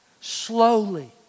slowly